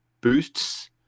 boosts